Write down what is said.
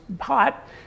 hot